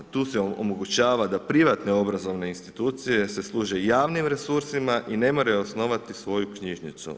Tu se omogućava da privatne obrazovne institucije se služe javnim resursima i ne moraju osnovati svoju knjižnicu.